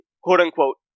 quote-unquote